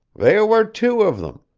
there were two of them!